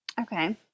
Okay